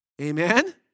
Amen